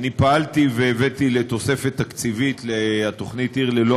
אני פעלתי והבאתי לתוספת תקציבית לתוכנית "עיר ללא